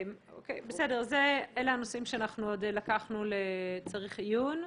אלה הנושאים שאנחנו לקחנו לצריך עיון.